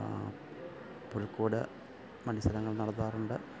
പുൽക്കൂട് മൽസരങ്ങൾ നടത്താറുണ്ട്